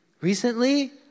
recently